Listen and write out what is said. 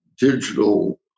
digital